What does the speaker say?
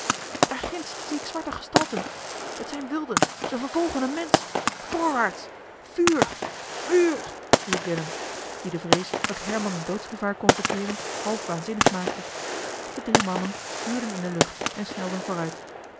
daar ginds zie ik zwarte gestalten t zijn wilden ze vervolgen een mensch voorwaarts vuur vuur riep willem dien de vrees dat herman in doodsgevaar kon verkeeren half waanzinnig maakte de drie mannen vuurden in de lucht en snelden vooruit